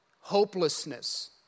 hopelessness